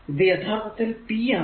ഇത് യഥാർത്ഥത്തിൽ p ആണ്